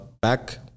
back